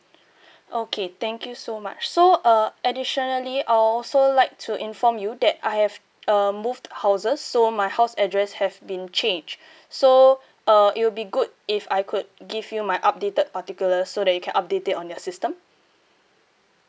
okay thank you so much so uh additionally I would also like to inform you that I have uh moved houses so my house address have been changed so uh it will be good if I could give you my updated particulars so that you can update it on your system